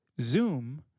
zoom